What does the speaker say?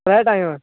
त्रै टाइम